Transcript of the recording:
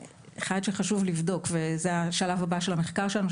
חשוב לבדוק, זה השלב הבא של המחקר שלנו.